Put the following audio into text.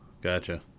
gotcha